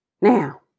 Now